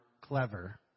clever